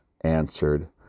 answered